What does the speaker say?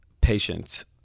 patience